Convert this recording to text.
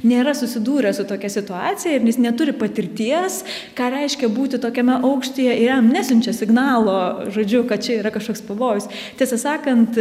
nėra susidūręs su tokia situacija ir nes neturi patirties ką reiškia būti tokiame aukštyje jam nesiunčia signalo žodžiu kad čia yra kažkoks pavojus tiesą sakant